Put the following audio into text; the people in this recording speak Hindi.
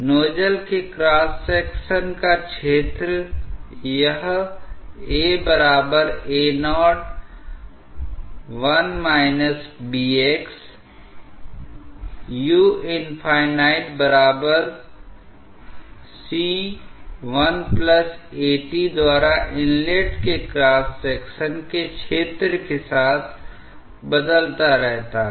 नोजल के क्रॉस सेक्शन का क्षेत्र यह AAo u c 1at द्वारा इनलेट के क्रॉस सेक्शन के क्षेत्र के साथ बदलता रहता है